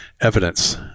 evidence